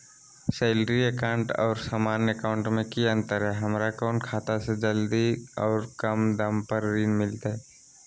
Salary account और सामान्य account मे की अंतर है हमरा कौन खाता से जल्दी और कम दर पर ऋण मिलतय?